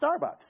Starbucks